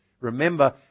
Remember